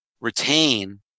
retain